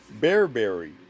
bearberry